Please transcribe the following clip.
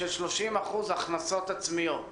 של 30% הכנסות עצמיות.